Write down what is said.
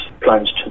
plunged